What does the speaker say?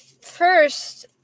First